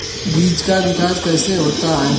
बीज का विकास कैसे होता है?